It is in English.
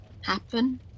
happen